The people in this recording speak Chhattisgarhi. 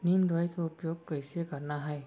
नीम दवई के उपयोग कइसे करना है?